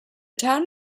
town